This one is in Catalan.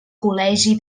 col·legi